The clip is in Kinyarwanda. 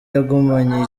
yagumanye